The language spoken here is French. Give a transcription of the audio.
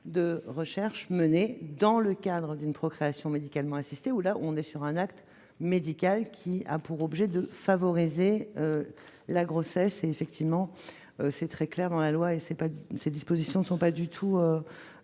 la recherche menée dans le cadre d'une procréation médicalement assistée, qui est un acte médical ayant pour objet de favoriser la grossesse. Cette distinction est très claire dans la loi, et ces dispositions ne figurent pas du tout